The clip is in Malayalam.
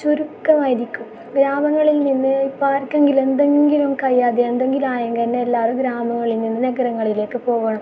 ചുരുക്കമായിരിക്കും ഗ്രാമങ്ങളിൽ നിന്ന് ഇപ്പം ആർക്കെങ്കിലും എന്തെങ്കിലും കഴിയാതെ എന്തെങ്കിലും ആയെങ്കിൽ തന്നെ എല്ലാവരും ഗ്രാമങ്ങളിൽ നിന്ന് നഗരങ്ങളിലേക്ക് പോവണം